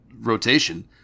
rotation